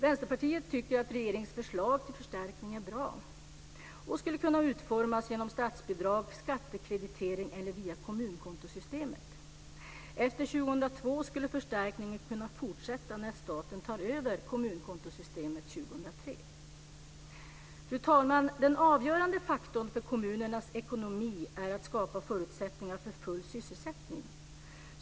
Vänsterpartiet tycker att regeringens förslag till förstärkning är bra och att detta skulle kunna utformas genom statsbidrag eller skattekreditering eller via kommunkontosystemet. Efter år 2002 skulle förstärkningen kunna fortsätta när staten år 2003 tar över kommunkontosystemet. Fru talman! Den avgörande faktorn för kommunernas ekonomi är att det skapas förutsättningar för full sysselsättning.